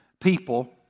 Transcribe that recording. people